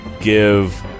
give